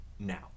now